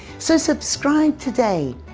so subscribe today.